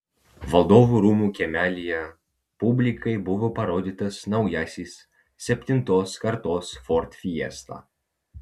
valdovų rūmų kiemelyje publikai buvo parodytas naujasis septintos kartos ford fiesta